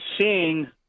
seeing